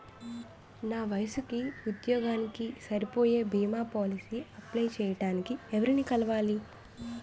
నా వయసుకి, ఉద్యోగానికి సరిపోయే భీమా పోలసీ అప్లయ్ చేయటానికి ఎవరిని కలవాలి?